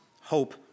hope